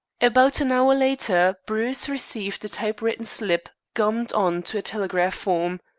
about an hour later bruce received a typewritten slip gummed on to a telegraph form.